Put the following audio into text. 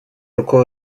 рукою